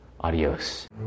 adios